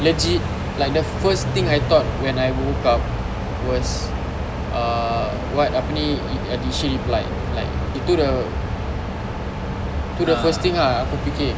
legit like the first thing I thought when I woke up was uh what apa ni did she reply like itu the itu the first thing ah aku fikir